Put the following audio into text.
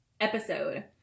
episode